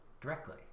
directly